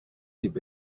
have